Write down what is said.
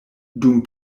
dum